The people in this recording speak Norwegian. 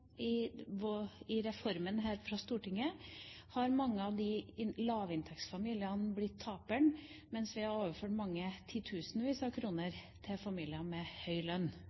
Som følge av reformen fra Stortinget har mange av lavinntektsfamiliene blitt taperne, mens vi har overført mange titusenvis av kroner til familier med høy lønn.